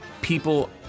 people